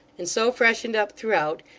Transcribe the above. and so freshened up throughout,